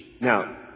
Now